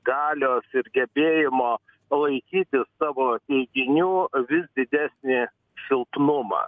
galios ir gebėjimo palaikyti savo teiginių vis didesnį silpnumą